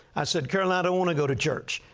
i said, carolyn, i don't want to go to church.